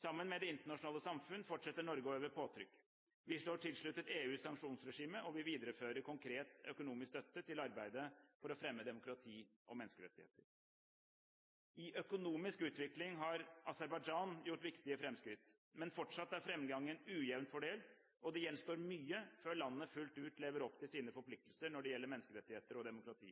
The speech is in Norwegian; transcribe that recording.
Sammen med det internasjonale samfunn fortsetter Norge å øve påtrykk. Vi står tilsluttet EUs sanksjonsregime, og vi viderefører konkret økonomisk støtte til arbeidet for å fremme demokrati og menneskerettigheter. I økonomisk utvikling har Aserbajdsjan gjort viktige framskritt, men fortsatt er framgangen ujevnt fordelt, og det gjenstår mye før landet fullt ut lever opp til sine forpliktelser når det gjelder menneskerettigheter og demokrati.